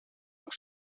und